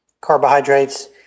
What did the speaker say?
carbohydrates